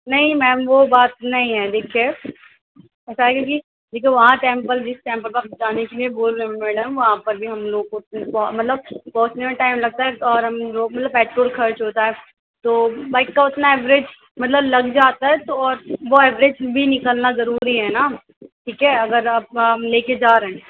نہیں میم وہ بات نہیں ہے دیکھیے ایسا ہے کہ یہ جو وہاں ٹیمپل جس ٹائم آپ جانے کے لیے بول رہی ہے میڈم وہاں پر بھی ہم لوگ کو مطلب پہنچنے میں ٹائم لگتا ہے اور ہم لوگ مطلب پٹرول خرچ ہوتا ہے تو بائک كا اتنا ایوریج مطلب لگ جاتا ہے تو اور وہ ایوریج بھی نکلنا ضروری ہے نا ٹھیک ہے اگر آپ ہم لے کے جا رہے ہیں